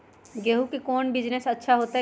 गेंहू के कौन बिजनेस अच्छा होतई?